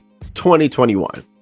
2021